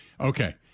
Okay